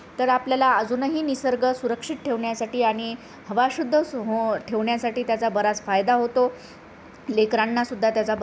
तर आपल्याला अजूनही निसर्ग सुरक्षित ठेवण्यासाठी आणि हवा शुद्ध सो हो ठेवण्यासाठी त्याचा बराच फायदा होतो लेकरांना सुद्धा त्याचा